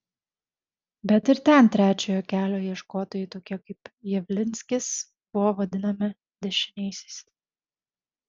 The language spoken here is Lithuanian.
bet ir ten trečiojo kelio ieškotojai tokie kaip javlinskis buvo vadinami dešiniaisiais